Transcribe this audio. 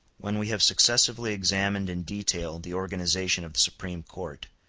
when we have successively examined in detail the organization of the supreme court,